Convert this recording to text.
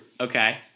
Okay